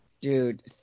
dude